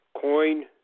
coin